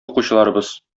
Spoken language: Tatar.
укучыларыбыз